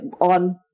on